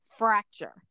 fracture